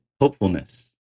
hopefulness